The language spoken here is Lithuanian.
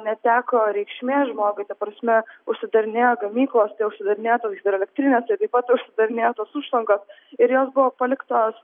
neteko reikšmės žmogui ta prasme užsidarinėjo gamyklos jau užsidarinėjo tos hidroelektrinės tai taip pat užsidarinėjo tos užtvankos ir jos buvo paliktos